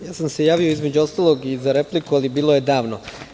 Ja sam se javio između ostalog i za repliku, ali bilo je davno.